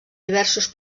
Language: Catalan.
diversos